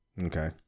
Okay